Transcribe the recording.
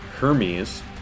Hermes